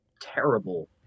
terrible